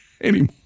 anymore